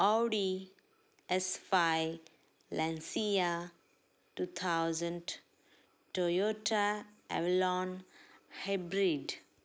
Audi S five Lancia two thousand Toyota avalon hybrid